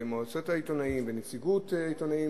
מועצת העיתונאים ונציגות העיתונאים,